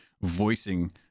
voicing